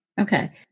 okay